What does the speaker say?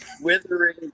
withering